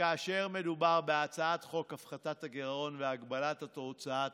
וכאשר מדובר בהצעת חוק הפחתת הגירעון והגבלת ההוצאה התקציבית,